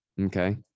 Okay